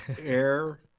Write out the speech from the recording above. Air